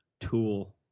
tool